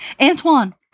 Antoine